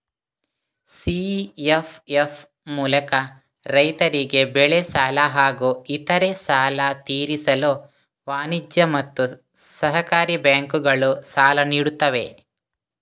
CFF ಮೂಲಕ ರೈತರಿಗೆ ಬೆಳೆ ಸಾಲ ಹಾಗೂ ಇತರೆ ಸಾಲ ತೀರಿಸಲು ವಾಣಿಜ್ಯ ಮತ್ತು ಸಹಕಾರಿ ಬ್ಯಾಂಕುಗಳು ಸಾಲ ನೀಡುತ್ತವೆ